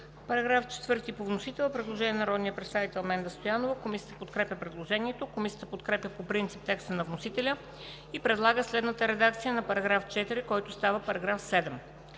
Параграф 2 по вносител – предложение на народния представител Менда Стоянова. Комисията подкрепя предложението. Комисията подкрепя по принцип текста на вносителя и предлага следната редакция на § 2, който става § 5: „§ 5.